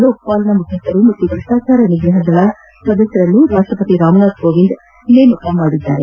ಲೋಕಪಾಲ್ನ ಮುಖ್ಯಸ್ಥರು ಹಾಗೂ ಭ್ರಷ್ಲಾಚಾರ ನಿಗ್ರಹದಳ ಸದಸ್ಯರನ್ನು ರಾಷ್ಲಪತಿ ರಾಮನಾಥ್ ಕೋವಿಂದ್ ನೇಮಕ ಮಾಡಿದ್ದಾರೆ